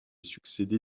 succédé